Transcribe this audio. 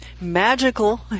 magical